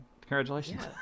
Congratulations